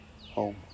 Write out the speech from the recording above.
Home